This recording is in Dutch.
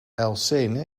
elsene